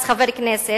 שהיה אז חבר כנסת,